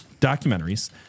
documentaries